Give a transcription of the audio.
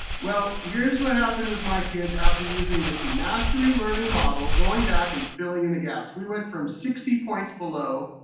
well, here's what happened with my kids after using this mastery learning model, going back and filling in the gaps. we went from sixty points below,